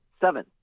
seven